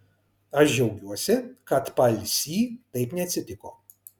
aš džiaugiuosi kad paalsy taip neatsitiko